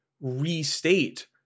restate